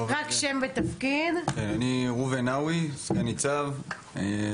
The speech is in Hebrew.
אני סגן ניצב ראובן נאווי,